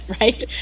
right